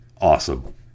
Awesome